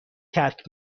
ترک